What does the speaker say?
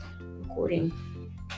recording